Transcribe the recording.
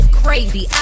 crazy